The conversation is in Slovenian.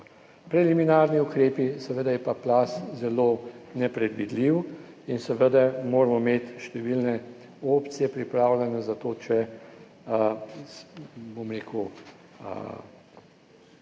preliminarni ukrepi, seveda je pa plaz zelo nepredvidljiv in moramo imeti številne opcije pripravljene za to, bom rekel,